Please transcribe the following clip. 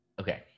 Okay